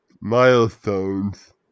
milestones